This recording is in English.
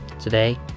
Today